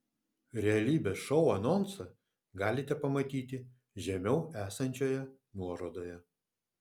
realybės šou anonsą galite pamatyti žemiau esančioje nuorodoje